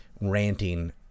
ranting